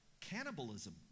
cannibalism